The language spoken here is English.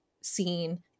scene